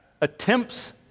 attempts